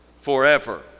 forever